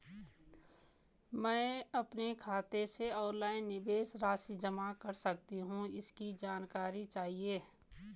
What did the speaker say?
मैं अपने खाते से ऑनलाइन निवेश राशि जमा कर सकती हूँ इसकी जानकारी चाहिए?